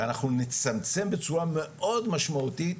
ואנחנו נצמצם בצורה מאוד משמעותית